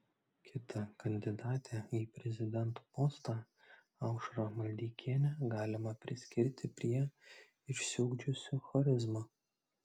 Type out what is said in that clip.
kitą kandidatę į prezidento postą aušrą maldeikienę galima priskirti prie išsiugdžiusių charizmą